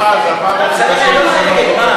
נתקבלה.